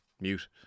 mute